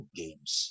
games